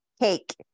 cake